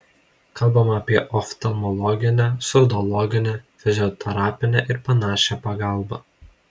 kalbama apie oftalmologinę surdologinę fizioterapinę ir panašią pagalbą